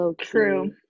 true